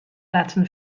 laten